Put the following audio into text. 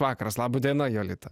vakaras laba diena jolita